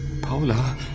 Paula